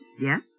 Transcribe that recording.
Yes